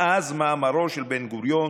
מאז מאמרו של בן-גוריון